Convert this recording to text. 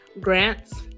Grants